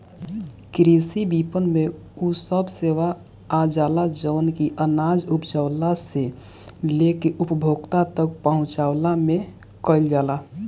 कृषि विपणन में उ सब सेवा आजाला जवन की अनाज उपजला से लेके उपभोक्ता तक पहुंचवला में कईल जाला